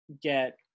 get